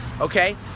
okay